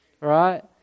Right